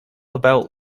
about